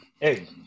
hey